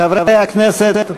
חברי הכנסת,